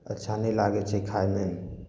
अच्छा नहि लागै छै खायमे